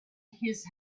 his